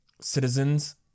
citizens